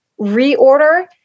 reorder